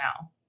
now